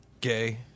Gay